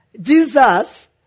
Jesus